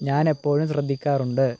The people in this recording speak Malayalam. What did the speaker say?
ഞാന് എപ്പോഴും ശ്രദ്ധിക്കാറുണ്ട്